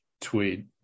tweet